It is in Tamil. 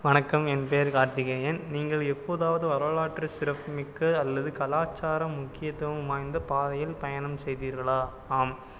வணக்கம் என் பெயர் கார்த்திகேயன் நீங்கள் எப்போதாவது வரலாற்று சிறப்புமிக்க அல்லது கலாச்சார முக்கியத்துவம் வாய்ந்த பாதையில் பயணம் செய்தீர்களா ஆம்